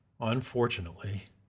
unfortunately